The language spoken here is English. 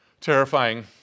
terrifying